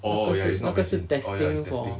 那个是那个是 testing for